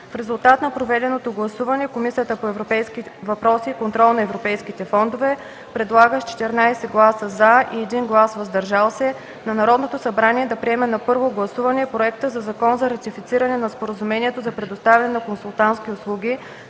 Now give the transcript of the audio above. В резултат на проведеното гласуване, Комисията по европейските въпроси и контрол на европейските фондове предлага с 14 гласа „за” и 1 глас „въздържал се” на Народното събрание да приеме на първо гласуване Законопроект за ратифициране на Споразумението за предоставяне на консултантски услуги